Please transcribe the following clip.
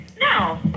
No